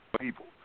people